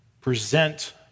present